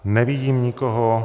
Nevidím nikoho.